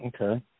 Okay